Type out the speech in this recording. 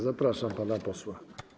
Zapraszam pana posła.